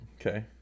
Okay